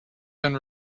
been